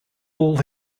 all